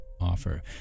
offer